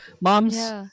moms